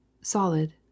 solid